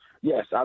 Yes